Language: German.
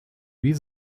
wie